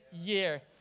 year